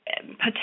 potential